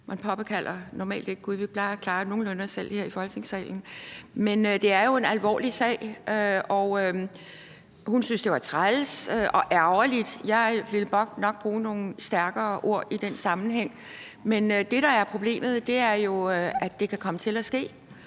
Man påkalder normalt ikke gud – vi plejer nogenlunde at klare os selv her i Folketingssalen – men det er jo en alvorlig sag, og hun syntes, det var træls og ærgerligt. Jeg ville nok bruge nogle stærkere ord i den sammenhæng, men det, der er problemet, er, at det kan komme til at ske,